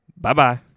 Bye-bye